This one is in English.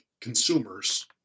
consumers